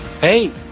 Hey